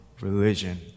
Religion